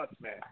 man